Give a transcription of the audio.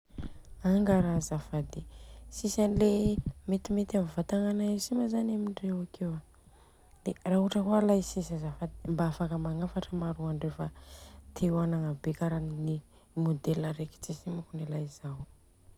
Anga ara azafady, tsisy metimety amin'ny vatagna anay si ma zany amindreo akeo an. de fa ohatra kôa alay tsisy azafady de mba mahafaka magnafatra ma alay andreo fa te ho anagna be karany mode reka ti si moko alay Zao.